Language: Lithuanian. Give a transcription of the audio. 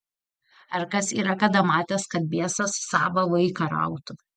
ar kas yra kada matęs kad biesas sava vaiką rautų